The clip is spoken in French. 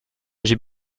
j’ai